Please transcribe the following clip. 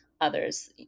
others